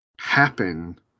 Happen